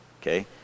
okay